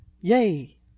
Yay